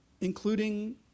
including